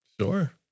Sure